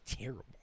Terrible